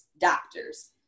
doctors